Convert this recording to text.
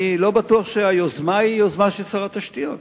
אני לא בטוח שהיוזמה היא יוזמה של שר התשתיות.